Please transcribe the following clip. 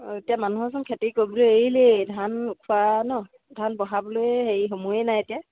অঁ এতিয়া মানুহৰচোন খেতি কৰিবলৈ এৰিলেই ধান খোৱা ন ধান বঢ়াবলৈ হেৰি সময়ে নাই এতিয়া